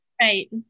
Right